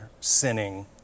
sinning